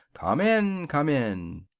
come in! come in!